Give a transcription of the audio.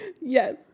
Yes